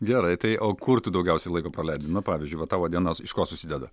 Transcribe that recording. gerai tai o kur tu daugiausiai laiko praleidi na pavyzdžiui va tavo diena iš ko susideda